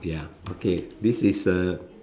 ya okay this is